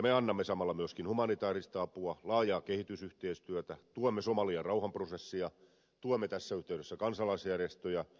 me annamme samalla myöskin humanitääristä apua laajaa kehi tysyhteistyötä tuemme somalian rauhanprosessia tuemme tässä yhteydessä kansalaisjärjestöjä